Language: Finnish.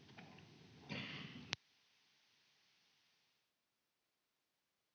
Kiitos!]